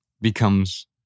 becomes